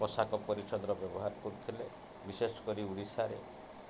ପୋଷାକ ପରିଚ୍ଛଦର ବ୍ୟବହାର କରୁଥିଲେ ବିଶେଷ କରି ଓଡ଼ିଶାରେ